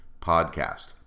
podcast